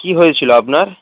কি হয়েছিলো আপনার